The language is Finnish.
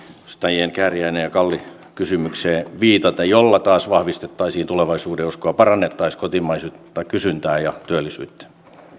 edustajien kääriäinen ja kalli kysymykseen viitaten jolla taas vahvistettaisiin tulevaisuudenuskoa ja parannettaisiin kotimaista kysyntää ja työllisyyttä